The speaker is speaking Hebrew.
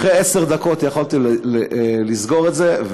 אחרי עשר דקות יכולתי לסגור את זה,